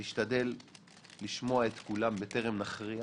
נשתדל לשמוע את כולם בטרם נכריע